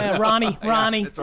and ronnie. ronnie.